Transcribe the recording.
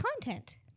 content